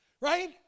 right